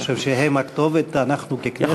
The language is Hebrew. אני חושב שהם הכתובת.